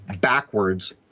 backwards